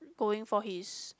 going for his